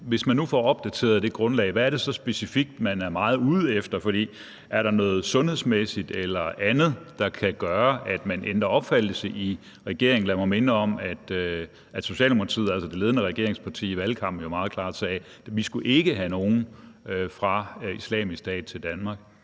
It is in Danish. hvis man nu får opdateret det grundlag, hvad er det så specifikt, man er meget ude efter? Er der noget sundhedsmæssigt eller andet, der kan gøre, at man ændrer opfattelse i regeringen? Lad mig minde om, at Socialdemokratiet, altså det ledende regeringsparti, jo sagde meget klart i valgkampen, at vi ikke skulle have nogen fra Islamisk Stat til Danmark.